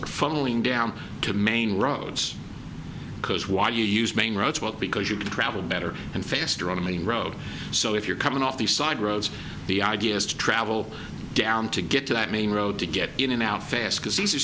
are fulling down to main roads because why you use main roads well because you can travel better and faster on a main road so if you're coming off the side roads the idea is to travel down to get to that main road to get in and out fast because these are